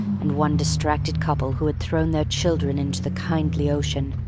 and one distracted couple who had thrown their children into the kindly ocean,